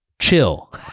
chill